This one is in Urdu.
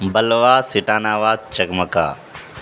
بلوا سیٹان آباد چکمکہ